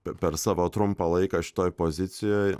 per savo trumpą laiką šitoj pozicijoj